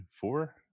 four